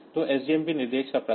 तो सजमप निर्देश का प्रकार